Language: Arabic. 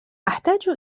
أحتاج